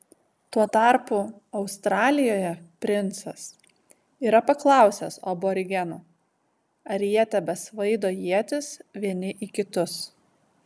tuo tarpu australijoje princas yra paklausęs aborigenų ar jie tebesvaido ietis vieni į kitus